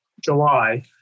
July